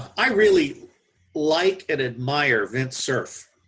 i really like and admire vint cerf.